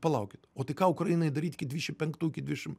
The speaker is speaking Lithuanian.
palaukit o tai ką ukrainai daryt iki dvidešim penktų iki dvidešim